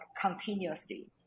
continuously